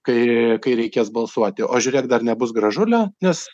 kai kai reikės balsuoti o žiūrėk dar nebus gražulio nes